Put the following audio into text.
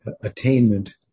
attainment